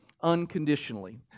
unconditionally